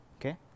okay